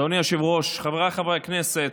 אדוני היושב-ראש, חבריי חברי הכנסת,